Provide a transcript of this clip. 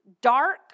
dark